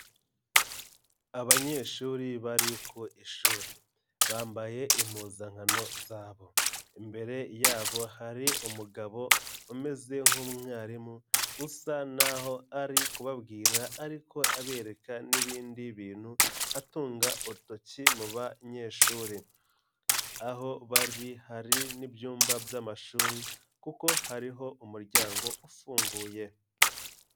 Abanyeshuri bari ku ishuri bambaye impuzankano zabo, imbere yabo hari umugabo umeze nk'umwarimu usa na ho ari kubabwira ariko abereka n'ibindi bintu atunga urutoki mu banyeshuri, aho bari hari n'ibyumba by'amashuri kuko hariho umuryango ufunguye.